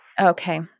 Okay